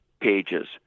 pages